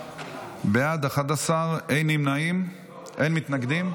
בעד, 11, אין נמנעים ואין מתנגדים.